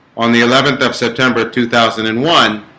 on the eleventh of september two thousand and one